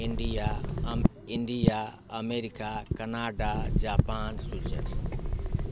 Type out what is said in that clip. India India America Canada Japan Switzerland